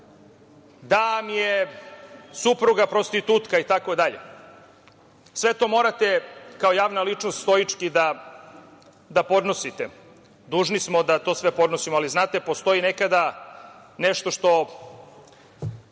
da mi je supruga prostitutka itd. Sve to morate kao javna ličnost stoički da podnosite, dužni smo da sve to podnosimo, ali, znate, postoji nekada nešto što